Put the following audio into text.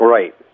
Right